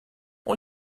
all